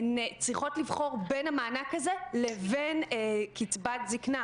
הן צריכות לבחור בין המענק הזה לבין קצבת זקנה,